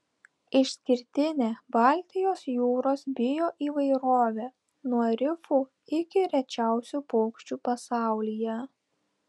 išskirtinė baltijos jūros bioįvairovė nuo rifų iki rečiausių paukščių pasaulyje